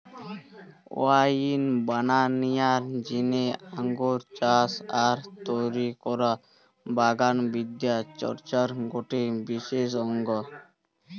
wine বানানিয়ার জিনে আঙ্গুর চাষ আর তৈরি করা বাগান বিদ্যা চর্চার গটে বিশেষ অঙ্গ